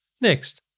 Next